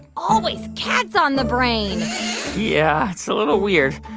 always cats on the brain yeah, it's a little weird.